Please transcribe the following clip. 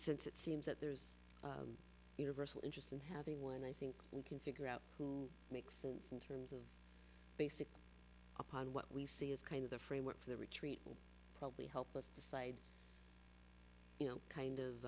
since it seems that there's universal interest in having one i think we can figure out who makes sense and three basic upon what we see is kind of the framework for the retreat will probably help us decide you know kind of